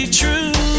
true